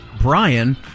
Brian